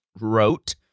wrote